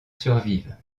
survivent